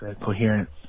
Coherence